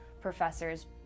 professors